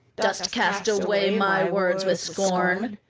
dost cast away my words with scorn,